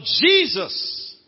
Jesus